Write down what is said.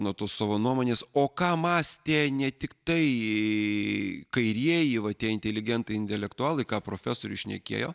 nuo to savo nuomonės o ką mąstė ne tik tai kairieji va tie inteligentai intelektualai ką profesorius šnekėjo